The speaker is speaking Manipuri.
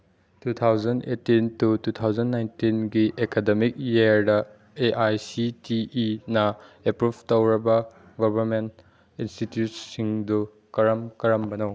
two thousand eighteen to two thousand ꯅꯥꯏꯟꯇꯤꯟꯒꯤ ꯑꯦꯀꯗꯃꯤꯛ ꯏꯌꯥꯔꯗ ꯑꯦ ꯑꯥꯏ ꯁꯤ ꯇꯤ ꯏꯅ ꯑꯦꯄ꯭ꯔꯨꯞ ꯇꯧꯔꯕ ꯒꯣꯕꯔꯃꯦꯟ ꯏꯟꯁꯇꯤꯇ꯭ꯌꯨꯠꯁꯤꯡꯗꯨ ꯀꯔꯝ ꯀꯔꯝꯕꯅꯣ